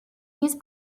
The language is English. his